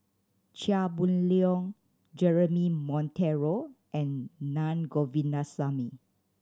Chia Boon Leong Jeremy Monteiro and Naa Govindasamy